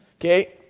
okay